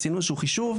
עשינו איזשהו חישוב,